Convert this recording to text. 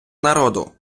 народу